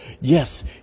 Yes